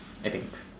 I think